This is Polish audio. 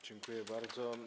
Dziękuję bardzo.